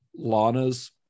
lana's